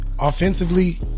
offensively